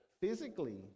physically